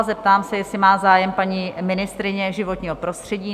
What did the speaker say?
Zeptám se, jestli má zájem paní ministryně životního prostředí?